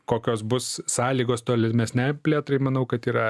kokios bus sąlygos tolimesnei plėtrai manau kad yra